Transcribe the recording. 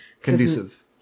Conducive